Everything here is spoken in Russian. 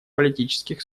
политических